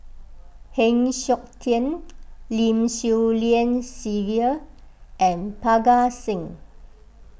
Heng Siok Tian Lim Swee Lian Sylvia and Parga Singh